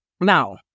Now